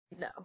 No